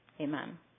Amen